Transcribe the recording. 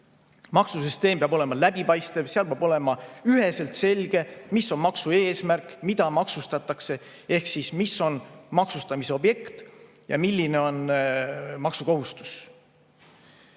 Maksusüsteem peab olema läbipaistev: peab olema üheselt selge, mis on maksu eesmärk, mida maksustatakse ehk mis on maksustamise objekt ja milline on maksukohustus.